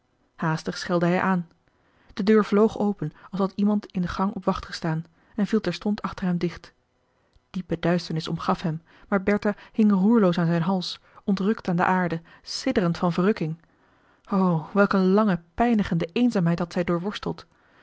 haastig schelde hij aan de deur vloog open als had iemand in den gang op wacht gestaan en viel terstond achter hem dicht diepe duisternis omgaf hem maar bertha hing roerloos aan zijn hals ontrukt aan de aarde sidderend van verrukking o welk een lange pijnigende eenzaamheid had zij